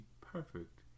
perfect